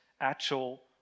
actual